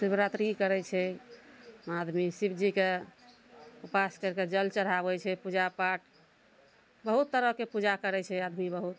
शिवरात्रि करय छै आदमी शिव जीके उपास करि कऽ जल चढ़ाबय छै पूजापाठ बहुत तरहके पूजा करय छै आदमी बहुत